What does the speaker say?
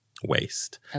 Waste